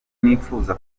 nifuza